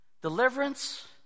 deliverance